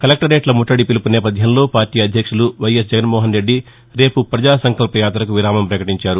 కలెక్లరేట్ల ముట్లడి పిలుపు నేపథ్యంలో పార్లీ అధ్యక్షులు వైఎస్ జగన్ మోహన్రెడ్డి రేపు ప్రజా సంకల్ప యాత్రకు విరామం ప్రకటించారు